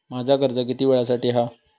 माझा कर्ज किती वेळासाठी हा?